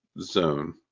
zone